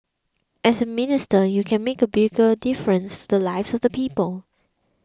as a minister you can make a bigger difference to the lives of the people